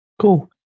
Cool